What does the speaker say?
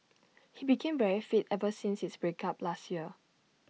he became very fit ever since his break up last year